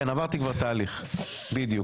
כן עברתי כבר תהליך בדיוק,